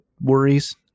worries